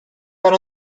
that